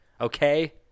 okay